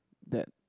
that